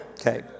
Okay